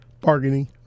bargaining